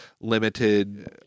limited